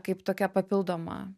kaip tokia papildoma